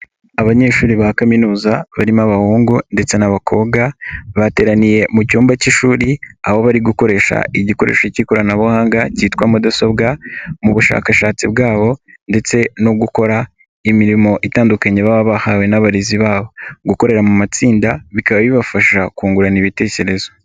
Abanyeshuri ba kaminuza barimo abahungu ndetse n'abakobwa. Bateraniye mu cyumba k'ishuri aho bari gukoresha igikoresho k'ikoranabuhanga kitwa mudasobwa mu bushakashatsi bwabo ndetse no gukora imirimo itandukanye baba bahawe n'abarezi babo. Gukorera mu matsinda bikaba bibafasha kungurana ibitekerezo.